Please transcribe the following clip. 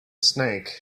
snake